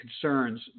concerns